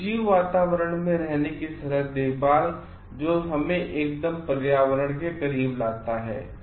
निर्जीव वातावरण में रहने की सरल देखभालजो हमें एकदम पर्यावरण के करीब लाता है